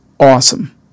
awesome